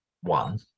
one